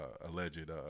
alleged